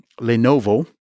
Lenovo